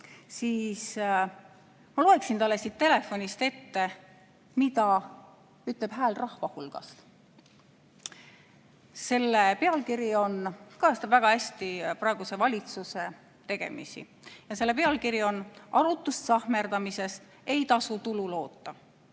siis ma loen talle siit telefonist ette, mida ütleb hääl rahva hulgast. Selle pealkiri kajastab väga hästi praeguse valitsuse tegemisi, ja see pealkiri on "Arutust sahmerdamisest ei tasu tulu